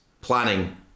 planning